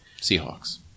Seahawks